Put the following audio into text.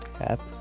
app